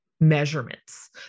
measurements